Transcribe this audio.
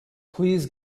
please